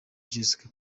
jessica